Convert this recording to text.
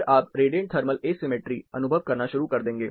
फिर आप radiant thermal asymmetry अनुभव करना शुरू कर देंगे